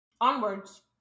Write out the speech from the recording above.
Onwards